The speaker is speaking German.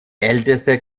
älteste